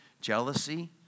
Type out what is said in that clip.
jealousy